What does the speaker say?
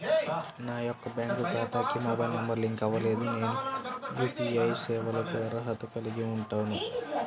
నా యొక్క బ్యాంక్ ఖాతాకి మొబైల్ నంబర్ లింక్ అవ్వలేదు నేను యూ.పీ.ఐ సేవలకు అర్హత కలిగి ఉంటానా?